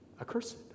Accursed